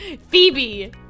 Phoebe